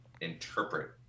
interpret